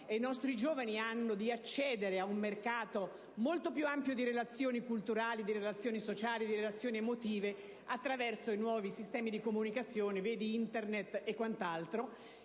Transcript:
e i nostri giovani hanno di accedere ad un mercato molto più ampio di relazioni culturali, di relazioni sociali e di relazioni emotive attraverso i nuovi sistemi di comunicazione (vedi Internet e quant'altro)